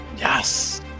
Yes